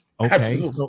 Okay